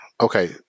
Okay